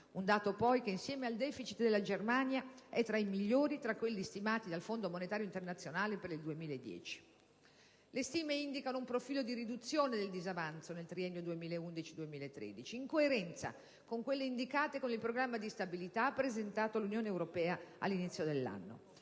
Un dato, poi, che insieme al deficit della Germania è tra i migliori tra quelli stimati dal Fondo monetario internazionale per il 2010. Le stime indicano un profilo di riduzione del disavanzo nel triennio 2011-2013, in coerenza con quanto indicato nel Programma di stabilità presentato all'Unione europea all'inizio dell'anno.